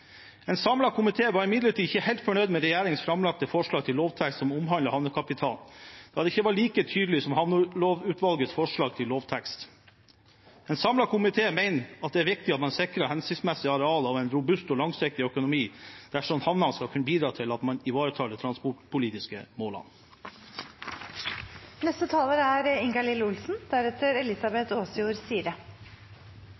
En samlet komité var imidlertid ikke helt fornøyd med regjeringens framlagte forslag til lovtekst som omhandler havnekapitalen, da det ikke var like tydelig som havnelovutvalgets forslag til lovtekst. En samlet komité mener det er viktig at man sikrer hensiktsmessige arealer og en robust og langsiktig økonomi dersom havnene skal kunne bidra til at man når de transportpolitiske målene. Arbeiderpartiet er